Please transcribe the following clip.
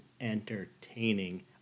entertaining